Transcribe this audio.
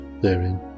therein